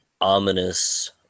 ominous